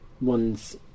one's